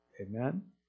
Amen